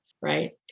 right